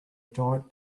giant